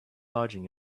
lodging